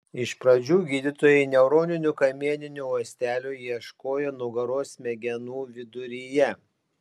iš pradžių gydytojai neuroninių kamieninių ląstelių ieškojo nugaros smegenų viduryje